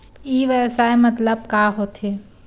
ई व्यवसाय मतलब का होथे?